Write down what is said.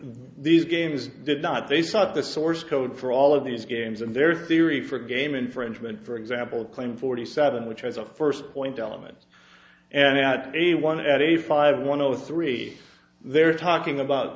these games did not they sought the source code for all of these games and their theory for game infringement for example claim forty seven which has a first point element and at a one at a five one zero three they're talking about